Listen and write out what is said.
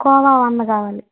కోవా వంద కావాలి